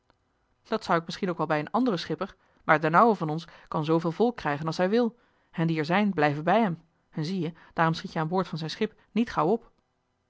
dat zou ik misschien ook wel bij een anderen schipper maar d'n ouwe van ons kan zooveel volk krijgen als hij wil en die er zijn blijven bij hem en zie-je daarom schiet je aan boord van zijn schip niet gauw op